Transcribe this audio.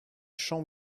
champ